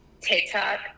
TikTok